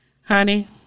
Honey